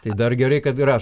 tai dar gerai kad rašo